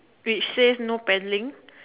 which says no paddling